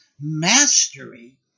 mastery